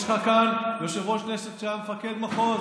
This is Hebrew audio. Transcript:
יש לך כאן יושב-ראש כנסת שהיה מפקד מחוז